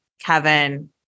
Kevin